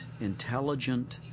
intelligent